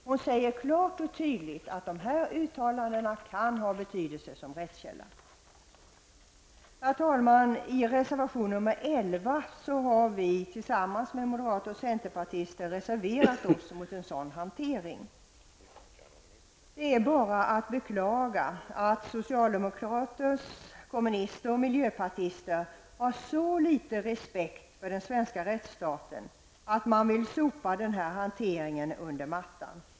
Hon säger klart och tydligt att dessa uttalanden kan ha betydelse som rättskälla. Herr talman! I reservation nr 11 har vi tillsammans med moderater och centerpartister reserverat oss mot en sådan hantering. Det är bara att beklaga att socialdemokrater, kommunister och miljöpartiser har så liten respekt för den svenska rättsstaten att de vill sopa den här hanteringen under mattan.